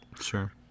Sure